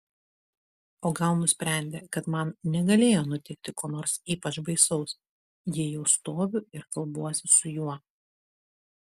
o gal nusprendė kad man negalėjo nutikti ko nors ypač baisaus jei jau stoviu ir kalbuosi su juo